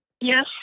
Yes